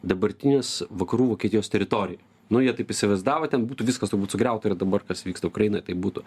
dabartinės vakarų vokietijos teritorijoj nu jie taip įsivaizdavo ten būtų viskas turbūt sugriauta ir dabar kas vyksta ukrainoje tai būtų